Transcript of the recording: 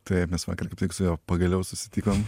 taip mes vakar kaip tik su juo pagaliau susitikom